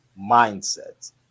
mindset